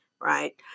right